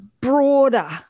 broader